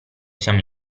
siamo